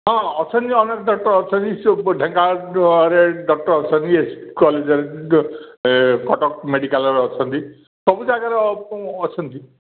ହଁ ଅଛନ୍ତି ଅନେକ ଡକ୍ଟର୍ ଅଛନ୍ତି ସବୁ ଢେଙ୍କାନାଳ ଏରିଆରେ ଅନେକ ଡାକ୍ତର ଅଛନ୍ତି କଟକ ମେଡ଼ିକାଲ୍ର ଅଛନ୍ତି ସବୁ ଜାଗାରେ ଅଛନ୍ତି